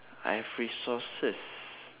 I have resources